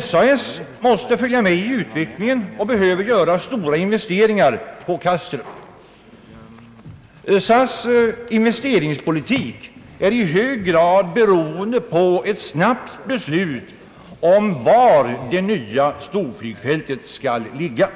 SAS måste följa med i utvecklingen och behöver göra stora investeringar på Kastrup. SAS:s investeringspolitik är i hög grad beroende på ett snabbt beslut om var det nya storflygfältet skall ligga.